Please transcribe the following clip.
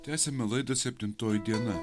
tęsiame laidą septintoji diena